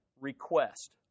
Request